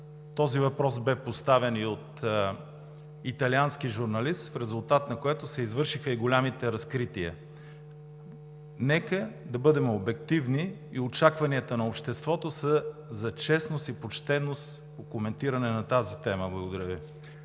този въпрос бе поставен и от италиански журналист, в резултат на което се извършиха и големите разкрития. Нека да бъдем обективни и очакванията на обществото са за честност и почтеност по коментиране на тази тема. Благодаря Ви.